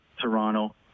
Toronto